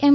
એમ